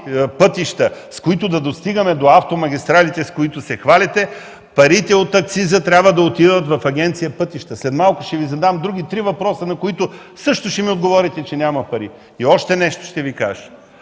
пътища, по които да достигаме до автомагистралите, с които се хвалите, парите от акциза трябва да отиват в Агенция „Пътища”. След малко ще Ви задам други три въпроса, на които също ще ми отговорите, че няма пари. Ще Ви кажа